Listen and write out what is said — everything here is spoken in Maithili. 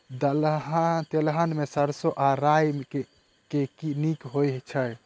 तेलहन मे सैरसो आ राई मे केँ नीक होइ छै?